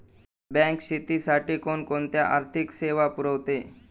Bank शेतीसाठी कोणकोणत्या आर्थिक सेवा पुरवते?